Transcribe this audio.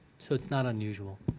so it's not unusual.